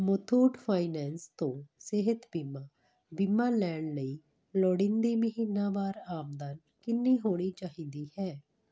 Muthoot Finance ਤੋਂ ਸਿਹਤ ਬੀਮਾ ਬੀਮਾ ਲੈਣ ਲਈ ਲੋੜੀਂਦੀ ਮਹੀਨਾਵਾਰ ਆਮਦਨ ਕਿੰਨੀ ਹੋਣੀ ਚਾਹੀਦੀ ਹੈ